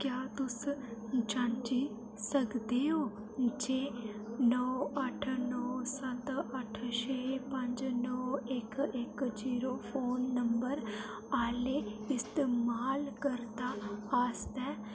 क्या तुस जांची सकदे ओ जे नौ अट्ठ नौ सत्त अट्ठ शे पंज नौ इक इक जीरो फोन नंबर आह्ले इस्तेमालकर्ता आस्तै